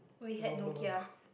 long long ago